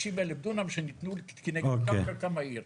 60,000 דונם שניתנו כנגד אותם חלקם בעיר.